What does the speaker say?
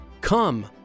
come